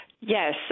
Yes